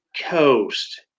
coast